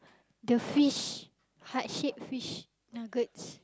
the fish heart shape fish nuggets